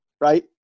right